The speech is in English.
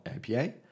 IPA